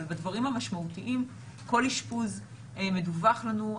אבל בדברים המשמעותיים, כל אשפוז מדווח לנו.